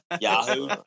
Yahoo